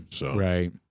Right